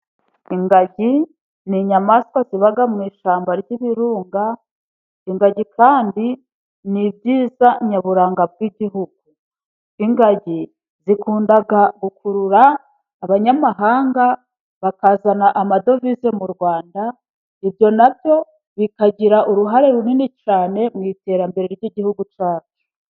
Ingagi ni inyamaswa ziba mu Ishyamba ry'Ibirunga, ingagi kandi ni ibyiza nyaburanga by'igihugu. Ingagi zikunda gukurura abanyamahanga bakazana amadovize mu Rwanda, ibyo nabyo bikagira uruhare runini cyane mu iterambere ry'Igihugu cyacu.